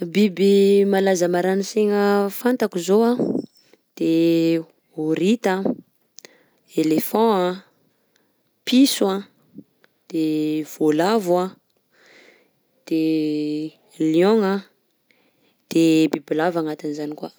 Biby malaza maranin-saigna fantako izao anh, de horita, éléphant anh, piso anh, de voalavo, de lion-gna anh, de bibilava agnatin' izany koa.